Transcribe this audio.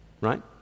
right